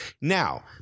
Now